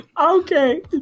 Okay